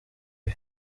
ibi